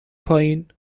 پایین